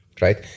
right